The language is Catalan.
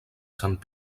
sant